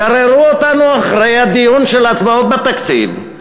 גררו אותנו אחרי הדיון של הצבעות בתקציב,